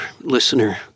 listener